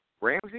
Ramsey